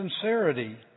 sincerity